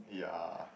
yeah